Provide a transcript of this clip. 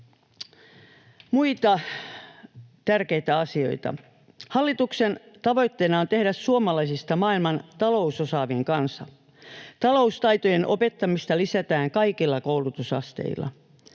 Muita tärkeitä asioita: Hallituksen tavoitteena on tehdä suomalaisista maailman talousosaavin kansa. Taloustaitojen opettamista lisätään kaikilla koulutusasteilla.